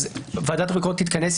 אז ועדת הביקורת תתכנס,